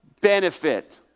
benefit